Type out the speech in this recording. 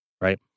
right